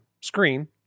screen